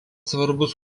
svarbus